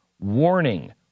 warning